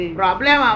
problem